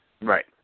Right